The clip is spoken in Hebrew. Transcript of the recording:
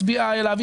מצביעה עליו,